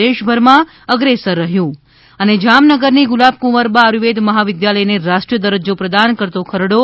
દેશભરમાં અગ્રેસર રહ્યું જામનગરની ગુલાબકુંવરબા આયુર્વેદ મહાવિદ્યાલયને રાષ્ટ્રીય દરજ્જો પ્રદાન કરતો ખરડો